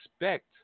expect